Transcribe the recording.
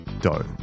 dough